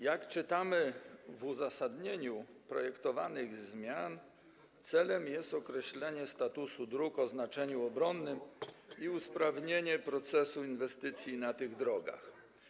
Jak czytamy w uzasadnieniu, celem projektowanych zmian jest określenie statusu dróg o znaczeniu obronnym i usprawnienie procesu inwestycji na tych drogach.